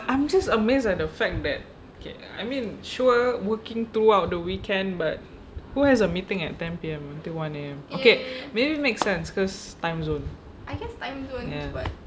I'm just amazed at the fact that okay I mean sure working throughout the weekend but who has a meeting at ten P_M until one A_M okay maybe makes sense because timezone ya